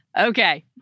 Okay